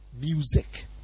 Music